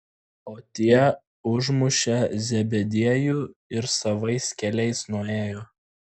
o tie užmušė zebediejų ir savais keliais nuėjo